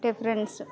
difference